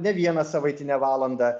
ne vieną savaitinę valandą